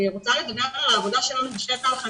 אני רוצה לדבר על העבודה שלנו בשטח.